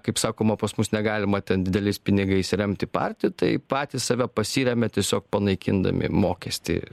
kaip sakoma pas mus negalima ten dideliais pinigais remti partijų tai patys save pasiremia tiesiog panaikindami mokestį